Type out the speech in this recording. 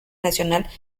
nacional